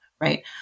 right